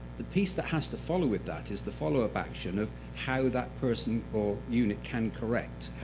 the piece that has to follow with that is the follow-up action of how that person or unit can correct,